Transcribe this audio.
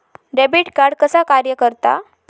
Debit card कसा कार्य करता?